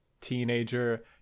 teenager